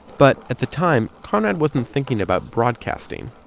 but at the time, conrad wasn't thinking about broadcasting.